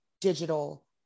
digital